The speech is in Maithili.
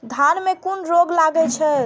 धान में कुन रोग लागे छै?